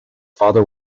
father